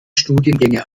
studiengänge